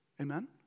amen